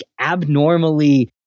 abnormally